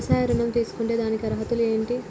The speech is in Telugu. వ్యవసాయ ఋణం తీసుకుంటే దానికి అర్హతలు ఏంటి?